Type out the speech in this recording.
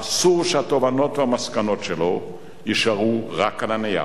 אסור שהתובנות והמסקנות שלו יישארו רק על הנייר,